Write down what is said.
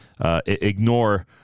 ignore